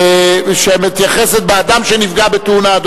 שמתייחסת לאדם שנפגע בתאונה,